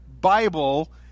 Bible